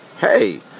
Hey